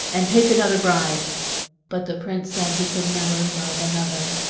and take another bride but the prince said he could never love another.